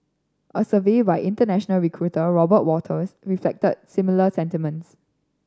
a survey by international recruiter Robert Walters reflected similar sentiments